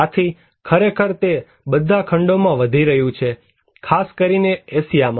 આથી ખરેખર તે બધા ખંડોમાં વધી રહ્યું છે ખાસ કરીને એશીયામાં